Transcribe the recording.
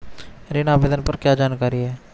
ऋण आवेदन पर क्या जानकारी है?